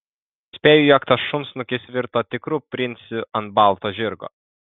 spėju jog tas šunsnukis virto tikru princu ant balto žirgo